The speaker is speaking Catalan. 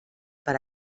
per